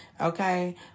okay